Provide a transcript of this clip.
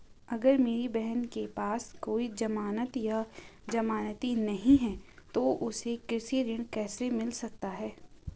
अगर मेरी बहन के पास कोई जमानत या जमानती नहीं है तो उसे कृषि ऋण कैसे मिल सकता है?